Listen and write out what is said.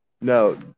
No